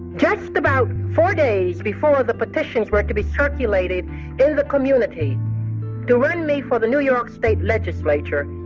just about four days before the petitions were to be circulated in the community to run me for the new york state legislature,